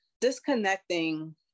disconnecting